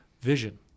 vision